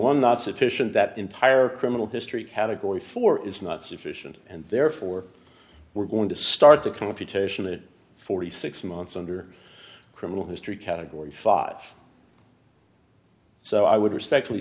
one not sufficient that entire criminal history category four is not sufficient and therefore we're going to start the computation that forty six months under criminal history category five so i would respect